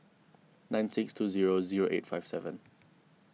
nine six two zero zero eight five seven